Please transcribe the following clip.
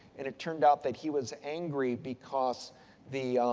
and, it turned out that he was angry because the,